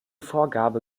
vorgabe